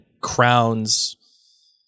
crowns